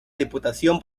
diputación